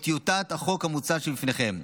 את טיוטת החוק המוצע לפניכם.